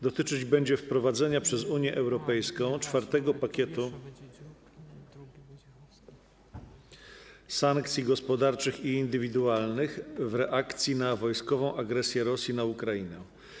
Dotyczyć będzie wprowadzenia przez Unię Europejską czwartego pakietu sankcji gospodarczych i indywidualnych w reakcji na wojskową agresję Rosji na Ukrainę.